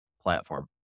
platform